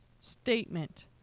statement